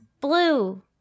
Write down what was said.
blue